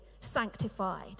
sanctified